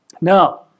Now